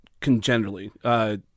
congenitally